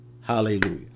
Hallelujah